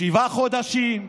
שבעה חודשים,